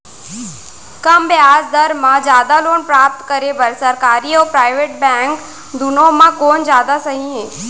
कम ब्याज दर मा जादा लोन प्राप्त करे बर, सरकारी अऊ प्राइवेट बैंक दुनो मा कोन जादा सही हे?